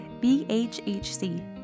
BHHC